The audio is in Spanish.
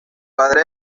padre